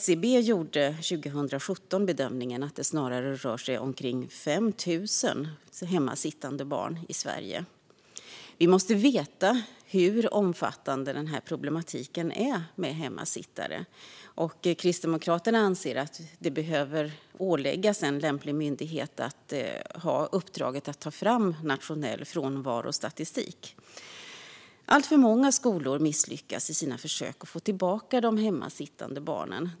SCB gjorde 2017 bedömningen att det snarare rör sig om ungefär 5 000 hemmasittande barn i Sverige. Vi måste veta hur omfattande denna problematik med hemmasittare är. Kristdemokraterna anser att det behöver åläggas en lämplig myndighet att ta fram nationell frånvarostatistik. Alltför många skolor misslyckas i sina försök att få tillbaka de hemmasittande barnen.